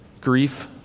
grief